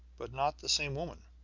but not the same woman.